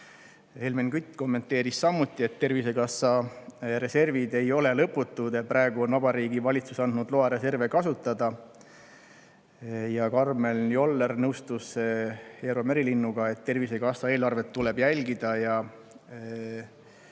Helmen Kütt kommenteeris samuti, et Tervisekassa reservid ei ole lõputud, praegu on Vabariigi Valitsus andnud loa reserve kasutada. Karmen Joller nõustus Eero Merilinnuga selles, et Tervisekassa eelarvet tuleb jälgida ja